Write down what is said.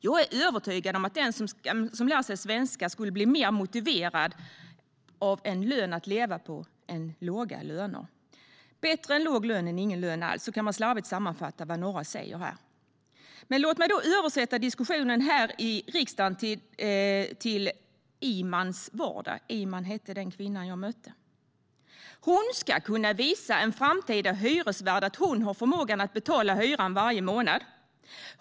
Jag är övertygad om att den som lär sig svenska skulle bli mer motiverad av en lön att leva på än av låga löner. Bättre låg lön än ingen lön alls - så kan man slarvigt sammanfatta vad några här säger. Låt mig då översätta diskussionen här i riksdagen till vardagen för Iman, som kvinnan jag mötte hette. Hon ska kunna visa en framtida hyresvärd att hon har förmågan att betala hyran varje månad.